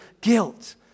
guilt